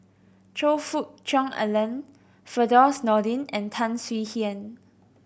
Choe Fook Cheong Alan Firdaus Nordin and Tan Swie Hian